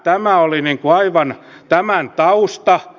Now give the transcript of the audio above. tämä oli tämän tausta